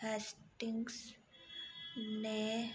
Hasting ने सीकरी